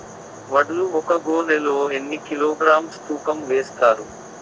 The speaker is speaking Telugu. వడ్లు ఒక గోనె లో ఎన్ని కిలోగ్రామ్స్ తూకం వేస్తారు?